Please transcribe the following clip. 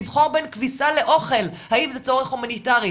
לבחור בין כביסה לאוכל, האם זה צורך הומניטרי?